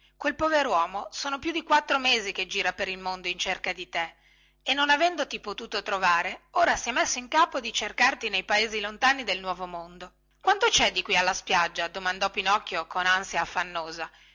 loceano quel poveruomo sono più di quattro mesi che gira per il mondo in cerca di te e non avendoti potuto trovare ora si è messo in capo di cercarti nei paesi lontani del nuovo mondo quanto cè di qui alla spiaggia domandò pinocchio con ansia affannosa